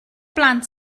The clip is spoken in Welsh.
blant